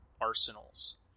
arsenals